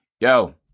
Yo